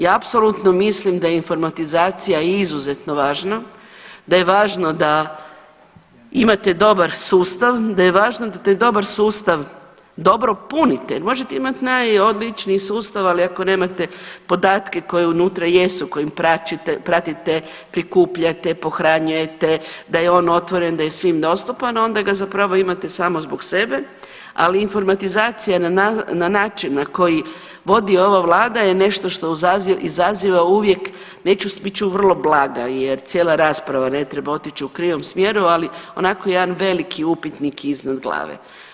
Ja apsolutno mislim da je informatizacija izuzetno važno, da je važno da imate dobar sustav, da je važno da taj dobar sustav dobro punite jer možete imati najobičniji sustav, ali ako nemate podatke koji unutra jesu, kojim pratite, prikupljate, pohranjujete, da je on otvoren, da je svima dostupan onda ga zapravo imate samo zbog sebe, ali informatizacija na način na koji vodi ova vlada je nešto što izaziva uvijek neću, bit ću vrlo blaga jer cijela rasprava ne treba otići u krivom smjeru, ali onako jedan veliki upitnik iznad glave.